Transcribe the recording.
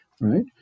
right